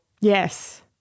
Yes